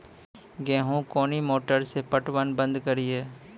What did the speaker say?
गेहूँ कोनी मोटर से पटवन बंद करिए?